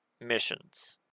missions